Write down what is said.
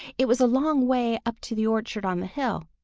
it was a long way up to the orchard on the hill,